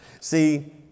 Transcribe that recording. See